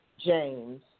James